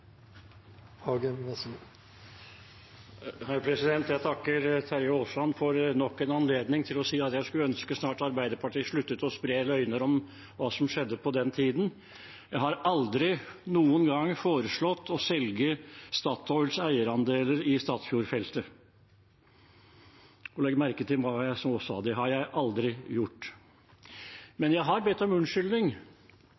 Jeg takker Terje Aasland for nok en anledning til å si at jeg skulle ønske Arbeiderpartiet snart sluttet å spre løgner om hva som skjedde på den tiden. Jeg har aldri noen gang foreslått å selge Statoils eierandeler i Statfjordfeltet. Legg merke til hva jeg nå sa: Det har jeg aldri gjort.